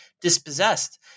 dispossessed